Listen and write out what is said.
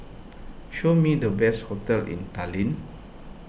show me the best hotels in Tallinn